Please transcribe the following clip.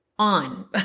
on